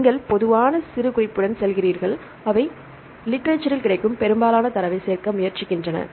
நீங்கள் பொதுவான சிறுகுறிப்புடன் செல்கிறீர்கள் அவை லிட்ரேசரில் கிடைக்கும் பெரும்பாலான தரவைச் சேர்க்க முயற்சிக்கின்றன